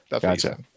gotcha